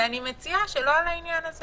אני מציעה שלא על העניין הזה